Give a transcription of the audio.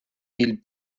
pil